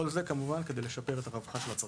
כל זאת, כמובן, כדי לשפר את רווחת הצרכנים.